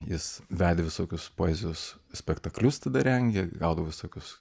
jis vedė visokius poezijos spektaklius tada rengė gaudavo visokius